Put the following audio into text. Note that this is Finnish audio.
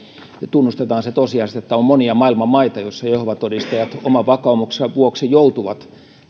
tunnustetaan se tosiasia että on monia maailman maita joissa jehovan todistajat oman vakaumuksensa vuoksi joutuvat